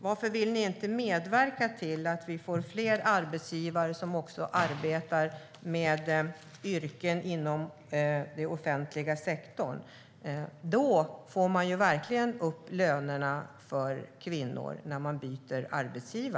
Varför vill ni inte medverka till att vi får fler arbetsgivare för yrken inom den offentliga sektorn? När kvinnorna byter arbetsgivare får de verkligen upp lönerna.